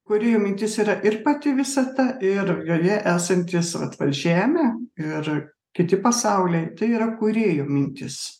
kūrėjo mintis yra ir pati visata ir joje esantys vat va žemė ir kiti pasauliai tai yra kūrėjo mintis